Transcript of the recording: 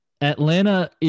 Atlanta